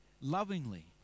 lovingly